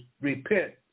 repent